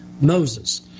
Moses